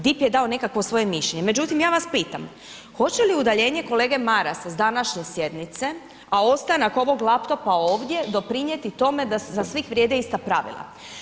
DIP je dao nekakvo svoje mišljenje, međutim, ja vas pitam, hoće li udaljenje kolege Marasa s današnje sjednice, a ostanak ovog laptopa ovdje doprinijeti da za svih vrijede ista pravila?